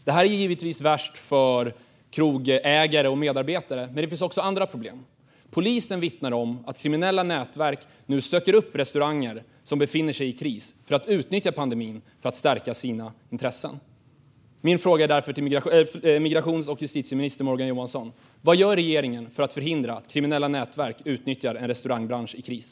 Det här är givetvis värst för krogägare och deras medarbetare, men det finns också andra problem. Polisen vittnar om att kriminella nätverk nu söker upp restauranger som befinner sig i kris och utnyttjar pandemin för att stärka sina intressen. Min fråga är därför till justitie och migrationsminister Morgan Johansson: Vad gör regeringen för att förhindra att kriminella nätverk utnyttjar en restaurangbransch i kris?